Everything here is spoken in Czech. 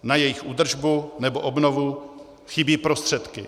Na jejich údržbu nebo obnovu chybí prostředky.